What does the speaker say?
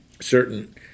certain